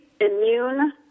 immune